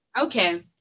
Okay